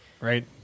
right